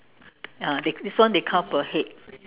ya this one they count per head